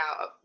out